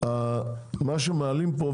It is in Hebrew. מה שמעלים פה,